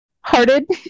hearted